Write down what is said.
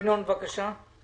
ינון, בבקשה.